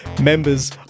Members